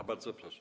A, bardzo proszę.